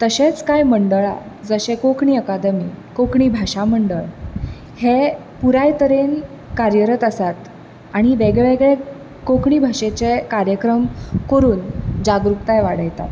तशेंच कांय मंडळां जशें कोंकणी अकादमी कोंकणी भाशा मंडळ हे पुराय तरेन कार्यरत आसात आनी वेगळे वेगळे कोंकणी भाशेचे कार्यक्रम करून जागृकताय वाडयतात